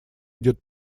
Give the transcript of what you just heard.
идет